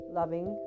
loving